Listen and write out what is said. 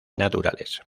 naturales